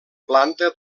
planta